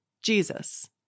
Jesus